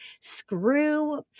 Screw